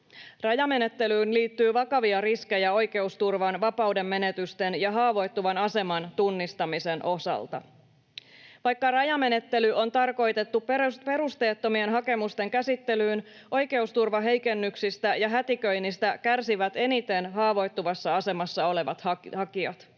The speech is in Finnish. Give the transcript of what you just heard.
Rajamenettelyyn liittyy vakavia riskejä oikeusturvan, vapaudenmenetysten ja haavoittuvan aseman tunnistamisen osalta. Vaikka rajamenettely on tarkoitettu perusteettomien hakemusten käsittelyyn, oikeusturvaheikennyksistä ja hätiköinnistä kärsivät eniten haavoittuvassa asemassa olevat hakijat.